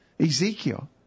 Ezekiel